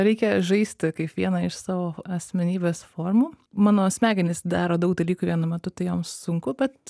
reikia žaisti kaip vieną iš savo asmenybės formų mano smegenys daro daug dalykų vienu metu tai joms sunku bet